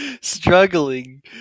struggling